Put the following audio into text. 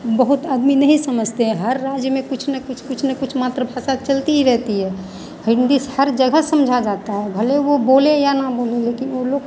बहुत आदमी नहीं समझते हैं हर राज्य में कुछ न कुछ कुछ न कुछ मातृभाषा चलती ही रहती है हिन्दी हर जगह समझा जाता है भले वह बोलें या न बोलें लेकिन वह लोग